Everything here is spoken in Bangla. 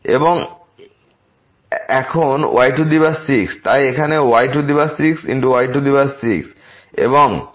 এবং এখন y6 তাই এখানে y6 y6 এবং y23